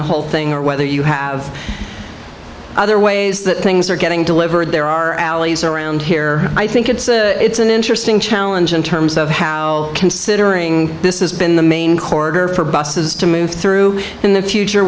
the whole thing or whether you have other ways that things are getting delivered there are alleys around here i think it's a it's an interesting challenge in terms of how considering this is been the main for buses to move through in the future